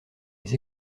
les